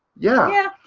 yeah.